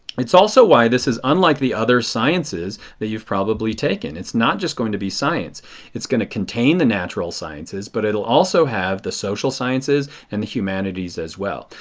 it is also why this is unlike the other sciences that you have probably taken. it is not just going to be science. it is going to contain the natural sciences but it will also have the social sciences and the humanities as well.